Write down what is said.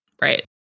Right